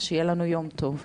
שיהיה לנו יום טוב.